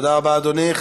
תודה רבה, אדוני.